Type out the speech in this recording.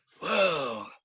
Whoa